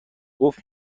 قفل